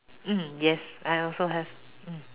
mm yes I also have mm